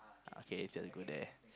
okay tell you go there